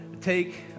take